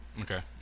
Okay